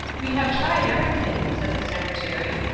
we have tried everything, said the secretary.